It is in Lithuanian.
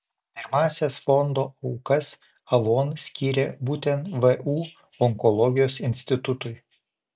pirmąsias fondo aukas avon skyrė būtent vu onkologijos institutui